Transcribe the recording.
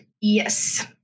yes